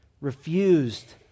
refused